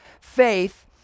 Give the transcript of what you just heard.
faith